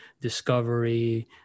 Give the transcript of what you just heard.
discovery